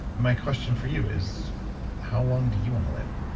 my question for you, is how long do you want to live?